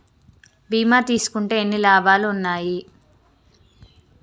బీమా తీసుకుంటే ఎన్ని లాభాలు ఉన్నాయి?